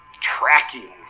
tracking